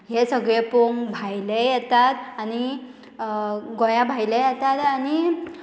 हें सगळें पोवंक भायलेय येतात आनी गोंया भायले येतात आनी